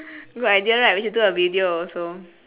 good idea right we should do a video also